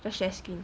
just share screen